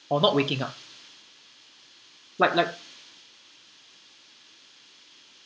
or not waking up like like